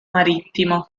marittimo